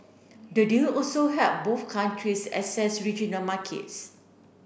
the deal also help both countries access regional markets